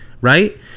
Right